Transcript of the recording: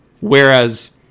Whereas